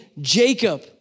Jacob